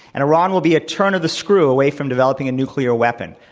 and iran will be a turn of the screw away from developing a nuclear weapon,